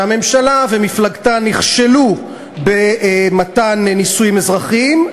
שהממשלה ומפלגתה נכשלו במתן נישואים אזרחיים,